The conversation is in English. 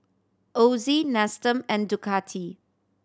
Ozi Nestum and Ducati